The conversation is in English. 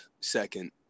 second